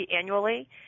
annually